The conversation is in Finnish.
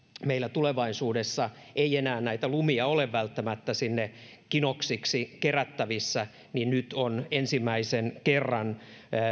meillä tulevaisuudessa ei välttämättä enää ole näitä lumia sinne kinoksiksi kerättävissä nyt ensimmäisen kerran